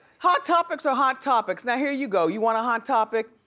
hot topics are hot topics. now here you go, you want a hot topic?